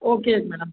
okay madam